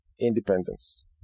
independence